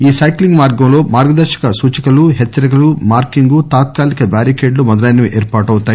ఈ సైక్లింగ్ మార్గంలో మార్గదర్నక సూచికలు హెచ్చరికలు మార్కింగు తాత్కాలిక బారికేడ్లు మొదలైనవి ఏర్పాటౌతాయి